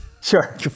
Sure